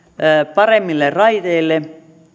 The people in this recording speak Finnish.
paremmille raiteille